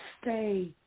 Stay